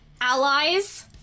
allies